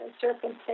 circumstance